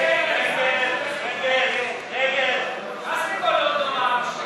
זה פה: "לא בא המשיח"?